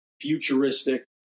futuristic